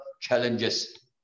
challenges